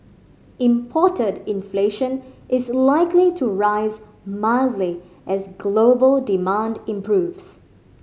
imported inflation is likely to rise mildly as global demand improves